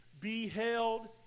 beheld